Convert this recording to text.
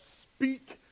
speak